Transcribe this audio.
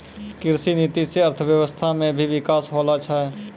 कृषि नीति से अर्थव्यबस्था मे भी बिकास होलो छै